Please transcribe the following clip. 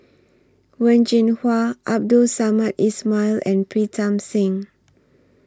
Wen Jinhua Abdul Samad Ismail and Pritam Singh